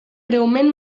greument